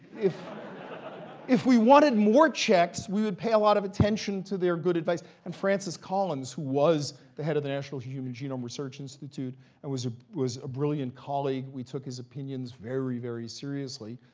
if if we wanted more checks, we would pay a lot of attention to their good advice. and francis collins, who was the head of the national human genome research institute and was was a brilliant colleague, we took his opinions very, very seriously.